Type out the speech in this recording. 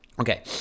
Okay